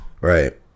Right